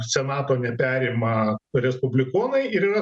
senato neperima respublikonai ir yra